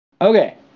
Okay